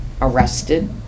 arrested